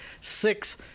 six